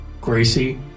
Gracie